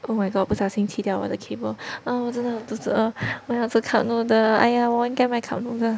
oh my god 不小心踢掉我的 cable oh 我真的肚子饿我要吃 cup noodle !aiya! 我应该 buy cup noodle